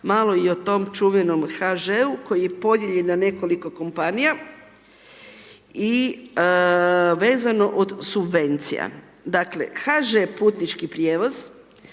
malo i o tom čuvenom HŽ-u koje je podijeljen na nekoliko kompanija i vezano od subvencija. Dakle HŽ putnički prijevoz